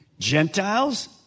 Gentiles